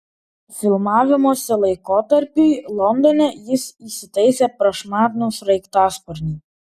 filmavimosi laikotarpiui londone jis įsitaisė prašmatnų sraigtasparnį